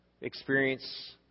experience